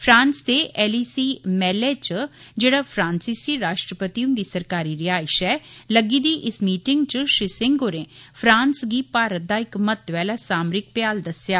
France दे Elysee महलै च जेहड़ा फ्रांसिसी राश्ट्रपति उंदी सरकारी रिहायश ऐ लग्गी दी इक मीटिंग च श्री सिंह होरें फ्रांस गी भारत दा इक महत्वै आला सामारिक भ्याल दस्सेआ